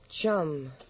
chum